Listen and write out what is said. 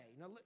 Now